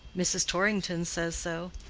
mrs. torrington says so.